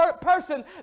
person